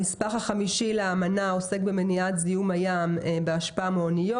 הנספח החמישי לאמנה עוסק במניעת זיהום הים בהשפעה מאוניות.